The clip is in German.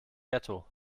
ghetto